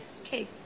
Okay